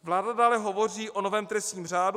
Vláda dále hovoří o novém trestním řádu.